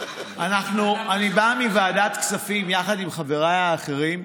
אני בא מוועדת הכספים יחד עם חבריי האחרים,